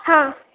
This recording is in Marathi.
हां